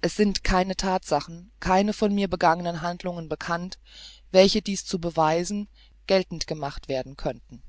es sind keine thatsachen keine von mir begangenen handlungen bekannt welche dies zu beweisen geltend gemacht werden könnten